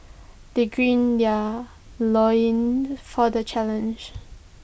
they green their loins for the challenge